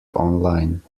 online